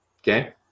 okay